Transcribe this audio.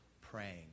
praying